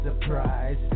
surprise